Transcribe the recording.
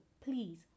please